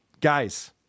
Guys